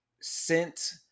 sent